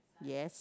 yes